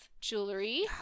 jewelry